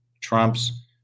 Trump's